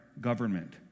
government